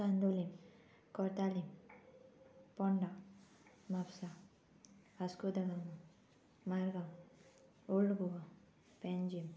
Candolim Cortalim Ponda Mapusa Vasco da Gama Margao old Goa पैंजीम